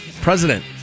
president